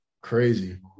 crazy